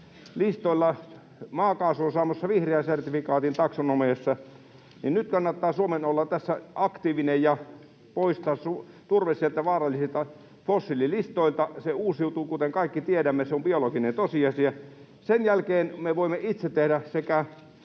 listoilla maakaasu on saamassa vihreän sertifikaatin taksonomiassa: nyt kannattaa Suomen olla tässä aktiivinen ja poistaa turve sieltä vaarallisten fossiilisten listoilta. Se uusiutuu, kuten kaikki tiedämme, se on biologinen tosiasia. Sen jälkeen me voimme itse tehdä